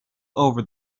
over